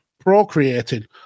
procreating